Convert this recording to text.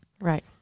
Right